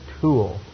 tool